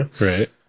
right